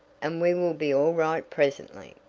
and we will be all right presently.